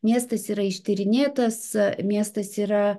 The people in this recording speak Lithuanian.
miestas yra ištyrinėtas miestas yra